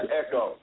echo